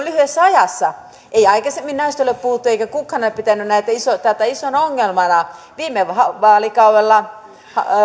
lyhyessä ajassa ei aikaisemmin näistä ole puhuttu eikä kukaan ole pitänyt tätä isona ongelmana viime vaalikaudella